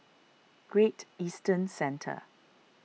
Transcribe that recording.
Great Eastern Centre